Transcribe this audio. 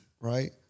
right